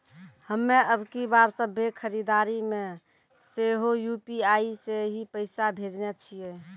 हम्मे अबकी बार सभ्भे खरीदारी मे सेहो यू.पी.आई से ही पैसा भेजने छियै